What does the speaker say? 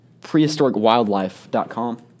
prehistoricwildlife.com